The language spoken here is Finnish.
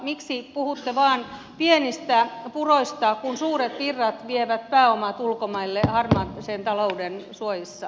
miksi puhutte vain pienistä puroista kun suuret virrat vievät pääomat ulkomaille harmaan talouden suojissa